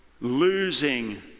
losing